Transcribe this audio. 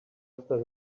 after